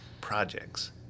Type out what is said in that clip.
projects